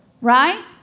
Right